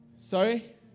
Sorry